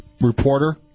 reporter